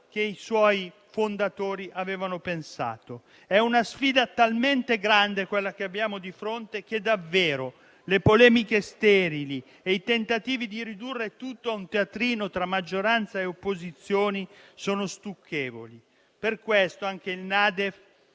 che i suoi fondatori avevano pensato. È una sfida talmente grande, quella che abbiamo di fronte, che davvero le polemiche sterili e i tentativi di ridurre tutto a un teatrino tra maggioranza e opposizioni sono stucchevoli. Per questo, anche la